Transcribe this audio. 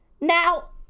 Now